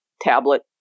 tablet